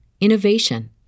innovation